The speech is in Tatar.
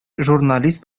журналист